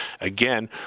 again